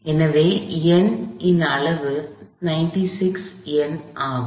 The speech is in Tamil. எனவே N இன் அளவு 96 N ஆகும்